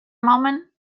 moment